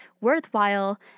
worthwhile